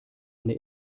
eine